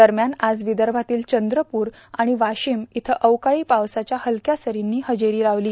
दरम्यान आज विदर्भातील चंद्रपूर आणि वाशिम इथं अवकाळी पावसाच्या हलक्या सरींनी हजेरी लावली